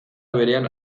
berean